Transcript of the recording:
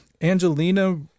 Angelina